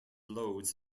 loads